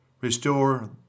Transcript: Restore